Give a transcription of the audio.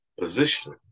position